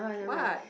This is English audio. what